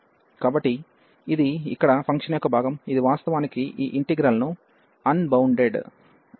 కాబట్టి ఇది ఇక్కడ ఫంక్షన్ యొక్క భాగం ఇది వాస్తవానికి ఈ ఇంటిగ్రల్ ను అన్బౌండెడ్ గా చేస్తుంది